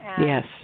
Yes